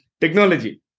technology